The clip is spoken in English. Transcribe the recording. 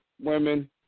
women